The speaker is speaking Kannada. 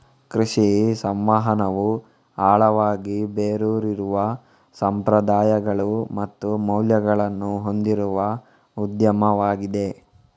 ಕೃಷಿ ಸಂವಹನವು ಆಳವಾಗಿ ಬೇರೂರಿರುವ ಸಂಪ್ರದಾಯಗಳು ಮತ್ತು ಮೌಲ್ಯಗಳನ್ನು ಹೊಂದಿರುವ ಉದ್ಯಮವಾಗಿದೆ